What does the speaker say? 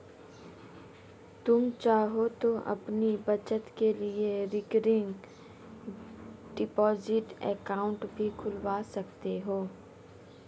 तुम चाहो तो अपनी बचत के लिए रिकरिंग डिपॉजिट अकाउंट भी खुलवा सकते हो